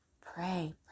pray